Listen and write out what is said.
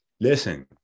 listen